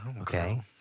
okay